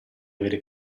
avere